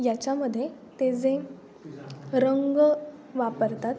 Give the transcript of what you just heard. याच्यामध्ये ते जे रंग वापरतात